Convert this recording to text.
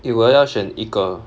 if 我要选一个